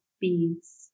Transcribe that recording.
beads